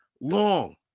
long